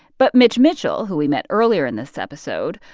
but mitch mitchell, who we met earlier in this episode,